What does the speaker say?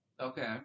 Okay